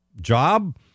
job